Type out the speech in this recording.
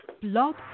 Blog